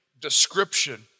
description